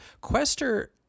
Quester